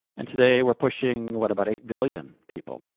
and today we're pushing what, about eight billion people,